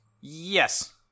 yes